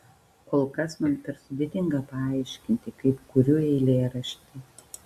kol kas man per sudėtinga paaiškinti kaip kuriu eilėraštį